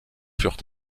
furent